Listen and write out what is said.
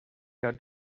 got